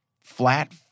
flat